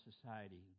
society